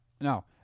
No